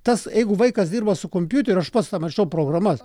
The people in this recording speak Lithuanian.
tas jeigu vaikas dirba su kompiuteriu aš pats pamiršau programas